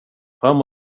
fram